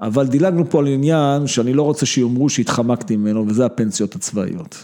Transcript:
אבל דילגנו פה על עניין שאני לא רוצה שיאמרו שהתחמקתי ממנו וזה הפנסיות הצבאיות.